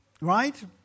Right